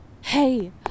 Hey